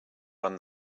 run